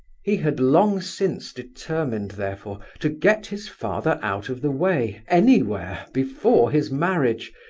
he had long since determined, therefore, to get his father out of the way, anywhere, before his marriage,